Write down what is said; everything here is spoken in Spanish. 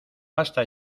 basta